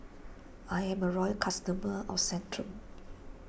I'm a loyal customer of Centrum